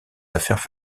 affaires